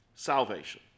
Salvation